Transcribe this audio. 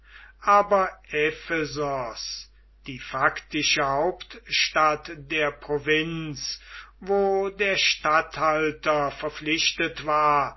aber ephesos die faktische hauptstadt der provinz wo der statthalter verpflichtet war